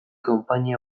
konpainia